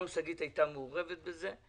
גם שגית היתה מעורבת בזה,